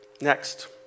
Next